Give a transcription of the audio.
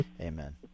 Amen